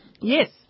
Yes